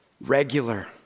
regular